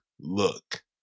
look